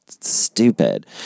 Stupid